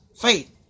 Faith